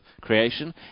creation